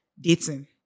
dating